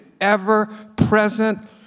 ever-present